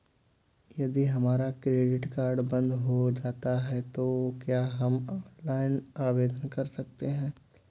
यदि हमारा credit card बंद हो जाता है तो क्या हम ऑनलाइन आवेदन कर सकते हैं?